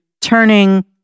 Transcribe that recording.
turning